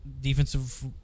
defensive